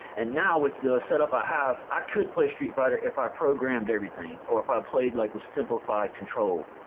and now with the setup i have i could play street fighter if i programmed everything or if i played like with simplified control.